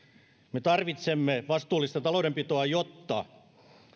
me tarvitsemme vastuullista taloudenpitoa jotta